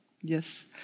Yes